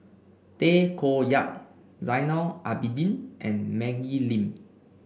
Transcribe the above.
Tay Koh Yat Zainal Abidin and Maggie Lim